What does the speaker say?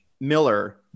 Miller